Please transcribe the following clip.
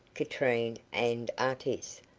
katrine, and artis,